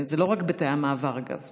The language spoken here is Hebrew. זה לא רק בתאי המעבר, אגב.